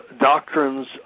doctrines